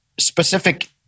specific